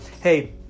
hey